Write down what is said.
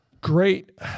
Great